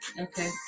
okay